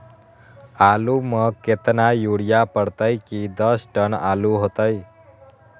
आलु म केतना यूरिया परतई की दस टन आलु होतई?